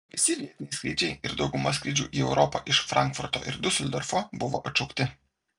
visi vietiniai skrydžiai ir dauguma skrydžių į europą iš frankfurto ir diuseldorfo buvo atšaukti